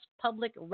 public